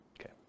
Okay